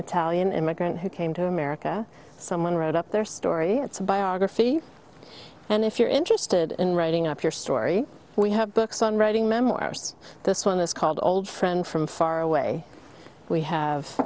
italian immigrant who came to america someone wrote up their story it's a biography and if you're interested in writing up your story we have books on writing memoirs this one is called old friend from far away we have